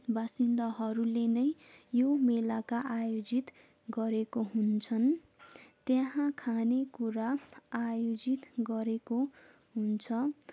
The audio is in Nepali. बासिन्दाहरूले नै यो मेलाका आयोजित गरेका हुन्छन् त्यहाँ खाने कुरा आयोजित गरेको हुन्छ